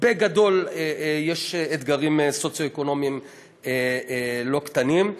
בגדול יש אתגרים סוציו-אקונומיים לא קטנים.